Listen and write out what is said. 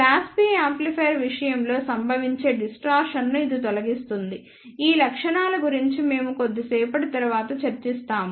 class B amplifier విషయంలో సంభవించే distortion ను ఇది తొలగిస్తుంది ఈ లక్షణాల గురించి మేము కొద్దిసేపటి తరువాత చర్చిస్తాము